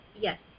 Yes